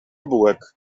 bułek